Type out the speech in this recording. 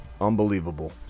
Unbelievable